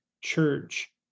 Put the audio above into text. church